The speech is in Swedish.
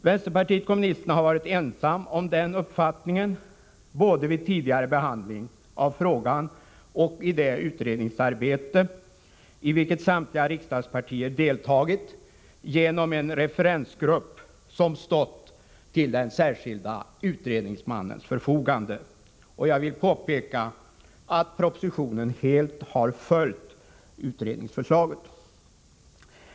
Vänsterpartiet kommunisterna har varit ensamt om den uppfattningen både vid tidigare behandling av frågan och i det utredningsarbete i vilket samtliga riksdagspartier deltagit genom en referensgrupp, som stått till den särskilda utredningsmannens förfogande. Jag vill påpeka att propositionen helt har följt utredningens förslag.